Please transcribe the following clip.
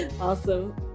Awesome